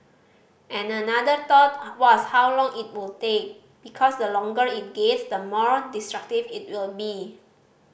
and another thought was how long it would take because the longer it gets the more destructive it will be